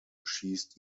schießt